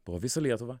po visą lietuvą